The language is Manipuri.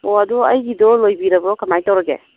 ꯑꯣ ꯑꯗꯨ ꯑꯩꯒꯤꯗꯣ ꯂꯣꯏꯕꯤꯔꯕ꯭ꯔꯣ ꯀꯃꯥꯏꯅ ꯇꯧꯔꯒꯦ